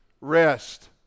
rest